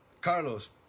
Carlos